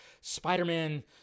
Spider-Man